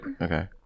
Okay